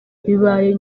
bibaye